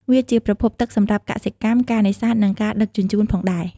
វាជាប្រភពទឹកសម្រាប់កសិកម្ម ការនេសាទ និងការដឹកជញ្ជូនផងដែរ។